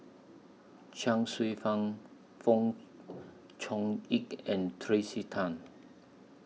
Chuang Hsueh Fang Fong Chong Pik and Tracey Tan